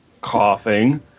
coughing